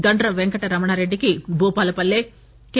గండ్ర పెంకట రమణారెడ్డికి భూపాలపల్లె కె